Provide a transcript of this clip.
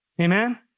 Amen